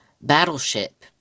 Battleship